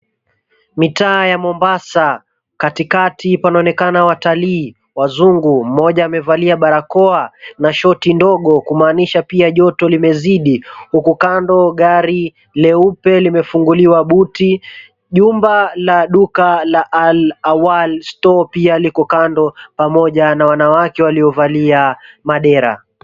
Mitaa ya Mombasa katikati panaonekana watalii wazungu. Mmoja amevaa barakoa na shoti ndogo kumaanisha pia joto limezidi, huku kando gari leupe limefunguliwa buti jumba la duka la All Awal strore[cs[ pia likpo kando pamoja na wanawake waliovalia madera.